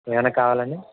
ఇవి ఏమన్న కావాలా అండి